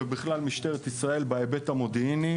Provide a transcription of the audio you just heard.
ובכלל משטרת ישראל בהיבט המודיעיני,